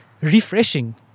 refreshing